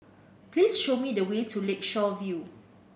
please show me the way to Lakeshore View